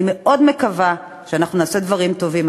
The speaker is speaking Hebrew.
אני מאוד מקווה שאנחנו נעשה דברים טובים.